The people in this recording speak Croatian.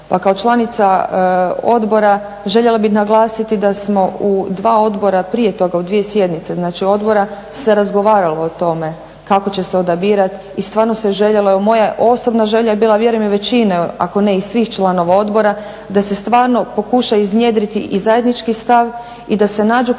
Pa kao članica odbora željela bih naglasiti da smo u dva odbora prije toga u dvije sjednice odbora se razgovaralo o tome kako će se odabirat i stvarno se željelo, evo moja je osobna želja je bila a vjerujem i većine ako ne i svih članova odbora da se stvarno pušta iznjedriti i zajednički stav i da se nađu kandidati